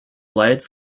lights